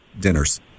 Dinners